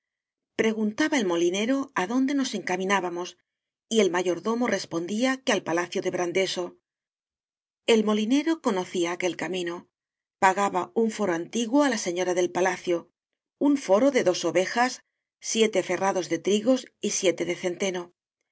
guntaba el molinero adonde nos encaminá bamos y el mayordomo respondía que al palacio de brandeso el molinero conocía aquel camino pagaba un foro antiguo á la señora del palacio un foro de dos ovejas siete ferrados de trigos y siete de centeno